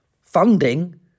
funding